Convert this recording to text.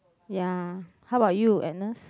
ya how about you Agnes